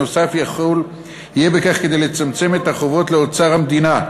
נוסף על כך יהיה בכך כדי לצמצם את החובות לאוצר המדינה.